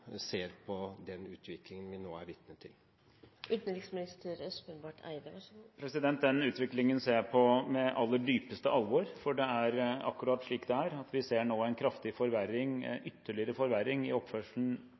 på den utviklingen vi nå er vitne til? Den utviklingen ser jeg på med aller dypeste alvor. Det er akkurat slik det er: Vi ser nå en ytterligere forverring i oppførselen